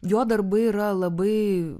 jo darbai yra labai